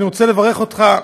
ואני רוצה לברך אותך.